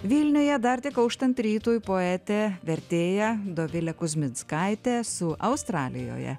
vilniuje dar tik auštant rytui poetė vertėja dovilė kuzminckaitė su australijoje